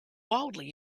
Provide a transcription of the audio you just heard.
wildly